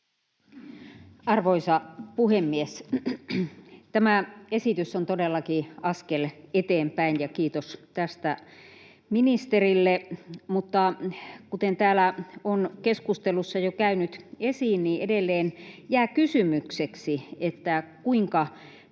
Arvoisa puhemies! Tämä esitys on todellakin askel eteenpäin, ja kiitos tästä ministerille, mutta kuten täällä keskustelussa on jo käynyt esiin, edelleen jää kysymykseksi, kuinka